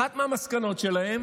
אחת מהמסקנות שלהם